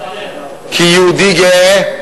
כיהודי גאה.